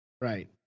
Right